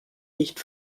nicht